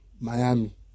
Miami